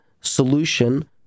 solution